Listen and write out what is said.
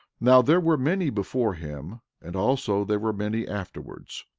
now, there were many before him, and also there were many afterwards,